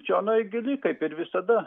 čionai gili kaip ir visada